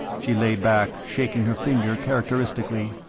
she lay back, shaking her finger characteristically.